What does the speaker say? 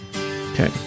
Okay